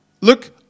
Look